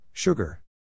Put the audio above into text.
Sugar